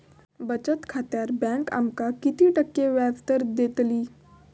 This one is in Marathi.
बचत खात्यार बँक आमका किती टक्के व्याजदर देतली?